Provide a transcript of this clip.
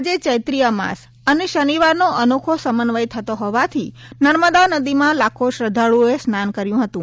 આજે ચૈત્રી અમાસ અને શનિવારનો અનોખો સમન્વય થતો હોવાથી નર્મદા નદીમાં લાખો શ્રધ્ધાળુઓએ સ્નાન કર્યું હતું